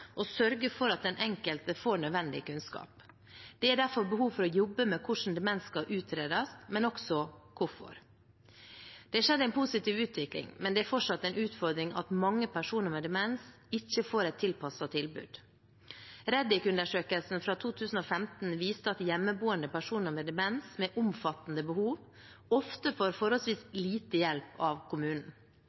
og sørge for at den enkelte får nødvendig kunnskap. Det er derfor behov for å jobbe med hvordan demens skal utredes, og også hvorfor. Det har skjedd en positiv utvikling, men det er fortsatt en utfordring at mange personer med demens ikke får et tilpasset tilbud. REDIC-undersøkelsen fra 2015 viste at hjemmeboende personer med demens med omfattende behov ofte får forholdsvis lite hjelp av kommunen.